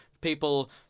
people